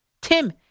Tim